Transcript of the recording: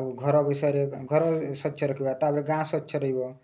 ଆଉ ଘର ବିଷୟରେ ଘର ସ୍ଵଚ୍ଛ ରଖିବା ତା'ପରେ ଗାଁ ସ୍ଵଚ୍ଛ ରହିବ